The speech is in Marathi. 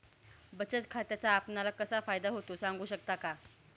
बचत खात्याचा आपणाला कसा फायदा होतो? सांगू शकता का?